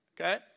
Okay